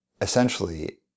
essentially